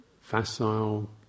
facile